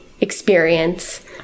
experience